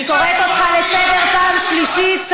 אני קוראת אותך לסדר פעם שלישית.